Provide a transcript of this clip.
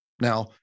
Now